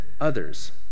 others